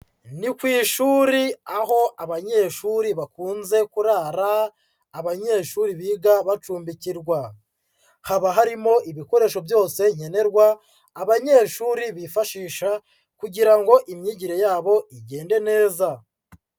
Ni ku ishuri aho abanyeshuri bakunze kurara abanyeshuri biga bacumbikirwa. Haba harimo ibikoresho byose nkenerwa abanyeshuri bifashisha kugira ngo imyigire yabo igende neza.